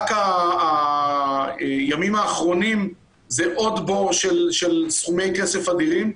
רק הימים האחרונים זה עוד בור של סכומי כסף אדירים.